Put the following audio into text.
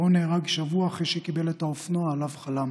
ירון נהרג שבוע אחרי שקיבל את האופנוע שעליו חלם.